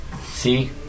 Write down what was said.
See